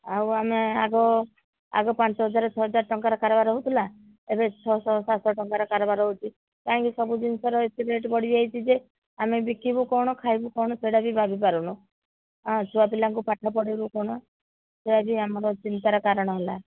ଆଉ ଆମେ ଆଗ ଆଗ ପାଞ୍ଚହଜାର ଛଅହଜାର ଟଙ୍କାର କାରବାର ହେଉଥିଲା ଏବେ ଛଅଶହ ସାତଶହ ଟଙ୍କାର କାରବାର ହେଉଛି କାହିଁକି ସବୁ ଜିନିଷର ଏତେ ରେଟ୍ ବଢ଼ିଯାଇଛି ଯେ ଆମେ ବିକିବୁ କ'ଣ ଖାଇବୁ କ'ଣ ସେଇଟା ବି ଭାବିପାରୁନୁ ଛୁଆପିଲାଙ୍କୁ ପାଠ ପଢ଼େଇବୁ କ'ଣ ସେଇଆ ବି ଆମର ଚିନ୍ତାର କାରଣ ହେଲା